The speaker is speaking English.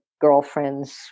girlfriend's